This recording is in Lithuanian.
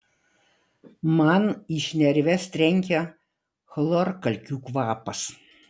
man į šnerves trenkia chlorkalkių kvapas